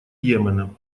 йемена